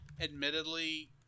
admittedly